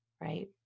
right